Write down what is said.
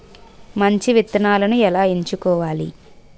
మంచి విత్తనాలను ఎలా ఎంచుకోవాలి?